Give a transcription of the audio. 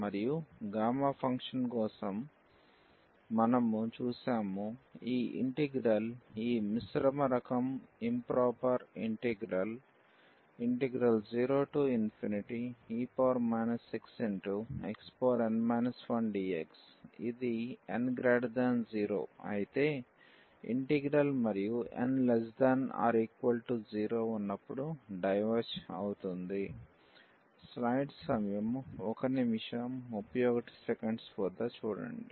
మరియు gamma function కోసం మనము చూశాము ఈ ఇంటిగ్రల్ ఈ మిశ్రమ రకం improper integral 0e xxn 1dx ఇది n0 అయితే ఇంటిగ్రల్ మరియు n≤0 ఉన్నప్పుడు డైవెర్జ్ అవుతుంది